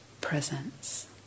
presence